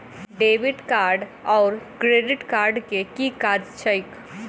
Debit card आओर credit card केँ की काज छैक?